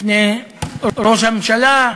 בפני ראש הממשלה,